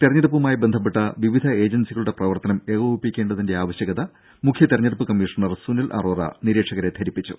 തെരഞ്ഞെടുപ്പുമായി ബന്ധപ്പെട്ട വിവിധ ഏജൻസികളുടെ പ്രവർത്തനം ഏകോപിപ്പിക്കേണ്ടതിന്റെ ആവശ്യകത മുഖ്യ തെരഞ്ഞെടുപ്പു കമ്മീഷണർ സുനിൽ അറോറ നിരീക്ഷകരെ ധരിപ്പിച്ചു